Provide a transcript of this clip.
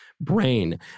brain